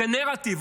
זה נרטיב,